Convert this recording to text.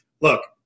look